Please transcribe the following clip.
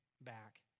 back